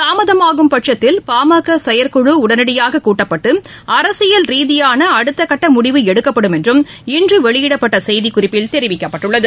தாமதமாகும் பட்சத்தில் பாமக செயற்குழு உடனடியாக கூட்டப்பட்டு அரசியல் ரீதியான அடுத்தக்கட்ட முடிவு எடுக்கப்படும் என்றும் இன்று வெளியிடப்பட்ட செய்திக்குறிப்பில் தெரிவிக்கப்பட்டுள்ளது